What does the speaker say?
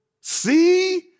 see